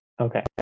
okay